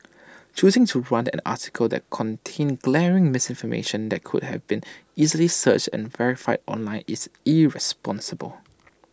choosing to run an article that contained glaring misinformation that could have been easily searched and verified online is irresponsible